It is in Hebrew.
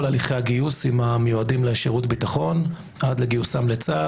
הליכי הגיוס עם המיועדים לשירות ביטחון עד לגיוסם לצה"ל,